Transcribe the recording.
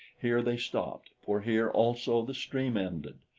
here they stopped, for here also the stream ended.